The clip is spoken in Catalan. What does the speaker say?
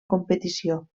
competició